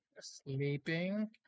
sleeping